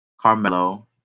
Carmelo